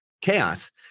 Chaos